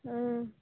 ᱦᱮᱸ